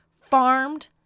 farmed